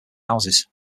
houses